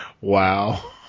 Wow